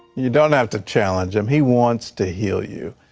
you don't have to challenge him. he wants to heal you.